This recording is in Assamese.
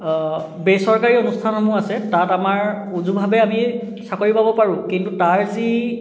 বেচৰকাৰী অনুষ্ঠানসমূহ আছে তাত আমাৰ উজুভাৱে আমি চাকৰি পাব পাৰোঁ কিন্তু তাৰ যি